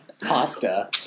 Pasta